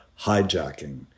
hijacking